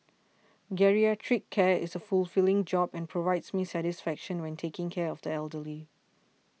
geriatric care is a fulfilling job and provides me satisfaction when taking care of the elderly